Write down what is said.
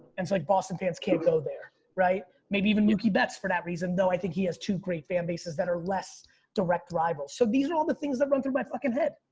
and so like boston fans can't go there, right? maybe even but for that reason though i think he has two great fan bases that are less direct rivals. so these are all the things that run through my fucking head.